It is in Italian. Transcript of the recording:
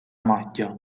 maglia